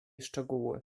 szczegóły